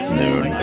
noon